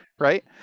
right